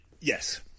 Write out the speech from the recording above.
Yes